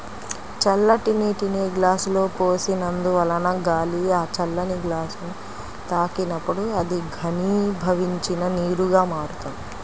చల్లటి నీటిని గ్లాసులో పోసినందువలన గాలి ఆ చల్లని గ్లాసుని తాకినప్పుడు అది ఘనీభవించిన నీరుగా మారుతుంది